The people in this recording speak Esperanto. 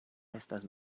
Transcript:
estas